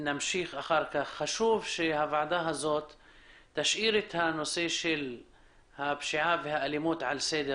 חשוב שהוועדה תשאיר את הנושא של הפשיעה והאלימות על סדר